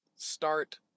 Start